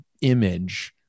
image